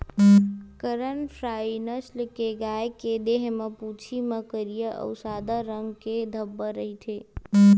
करन फ्राइ नसल के गाय के देहे म, पूछी म करिया अउ सादा रंग के धब्बा रहिथे